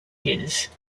his